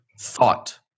thought